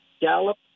Gallup